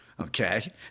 Okay